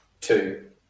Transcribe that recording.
Two